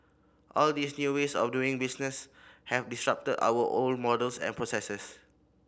all these new ways of doing business have disrupted our old models and processes